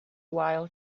while